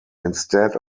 instead